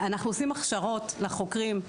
אנחנו עושים הכשרות לחוקרים.